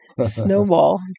Snowball